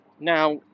Now